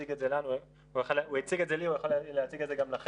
הציג את זה לי, הוא יכול להציג את זה גם לכם,